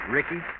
Ricky